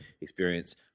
experience